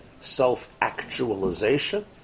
self-actualization